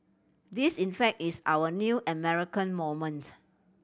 this in fact is our new American moment